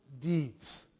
deeds